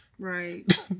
Right